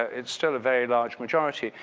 it's still a very large majority.